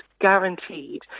guaranteed